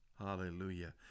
Hallelujah